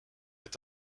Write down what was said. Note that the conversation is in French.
est